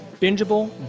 bingeable